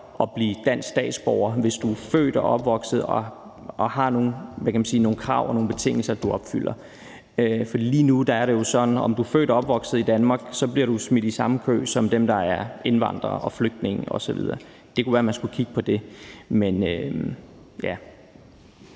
at blive dansk statsborger, hvis du er født og opvokset i Danmark og opfylder nogle krav og betingelser. For lige nu er det jo sådan, at selv om du er født og opvokset i Danmark, bliver du smidt i samme kø som dem, der er indvandrere og flygtninge osv. Det kunne være, man skulle kigge på det. Kl.